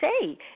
say